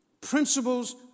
principles